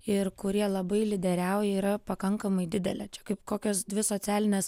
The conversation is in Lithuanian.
ir kurie labai lyderiauja yra pakankamai didelė čia kaip kokios dvi socialinės